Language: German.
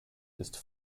ist